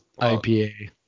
IPA